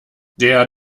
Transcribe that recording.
der